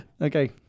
Okay